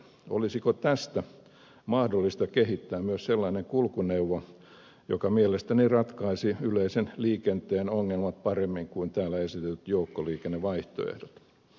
olisiko tästä mahdollista kehittää myös sellainen kulkuneuvo joka mielestäni ratkaisisi yleisen liikenteen ongelmat paremmin kuin täällä esitetyt joukkoliikennevaihtoehdot